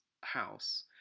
house